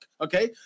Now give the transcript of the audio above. Okay